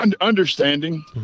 Understanding